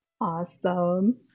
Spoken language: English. Awesome